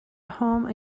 home